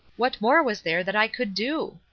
what more was there that i could do?